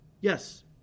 Yes